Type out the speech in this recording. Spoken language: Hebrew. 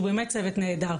שהוא באמת צוות נהדר,